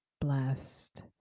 blessed